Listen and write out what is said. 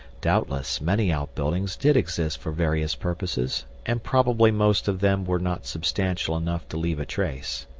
doubtless, many outbuildings did exist for various purposes, and probably most of them were not substantial enough to leave a trace.